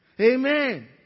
Amen